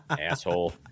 Asshole